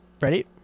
Ready